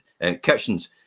Kitchens